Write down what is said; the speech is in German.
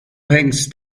hängst